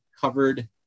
covered